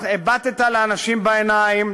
הבטת לאנשים בעיניים,